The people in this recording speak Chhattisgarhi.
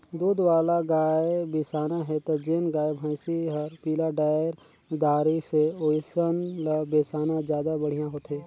दूद वाला गाय बिसाना हे त जेन गाय, भइसी हर पिला डायर दारी से ओइसन ल बेसाना जादा बड़िहा होथे